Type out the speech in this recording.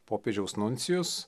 popiežiaus nuncijus